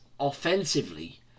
Offensively